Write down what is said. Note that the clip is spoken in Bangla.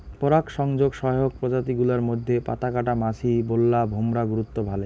পরাগসংযোগ সহায়ক প্রজাতি গুলার মইধ্যে পাতাকাটা মাছি, বোল্লা, ভোমরা গুরুত্ব ভালে